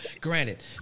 granted